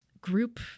group